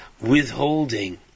withholding